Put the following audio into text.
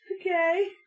Okay